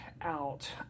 out